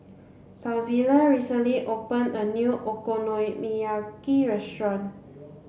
Savilla recently open a new Okonomiyaki restaurant